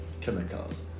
chemicals